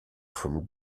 from